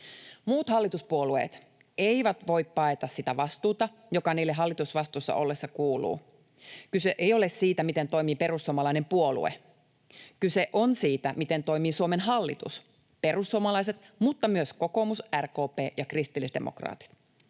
Muut hallituspuolueet eivät voi paeta sitä vastuuta, joka niille hallitusvastuussa ollessa kuuluu. Kyse ei ole siitä, miten toimii perussuomalainen puolue, kyse on siitä, miten toimii Suomen hallitus, perussuomalaiset mutta myös kokoomus, RKP ja kristillisdemokraatit.